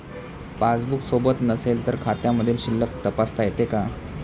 Passbook सोबत नसेल तर खात्यामधील शिल्लक तपासता येते का?